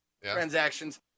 transactions